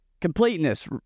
completeness